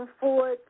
forward